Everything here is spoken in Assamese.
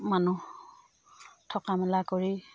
মানুহ থকা মেলা কৰি